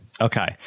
Okay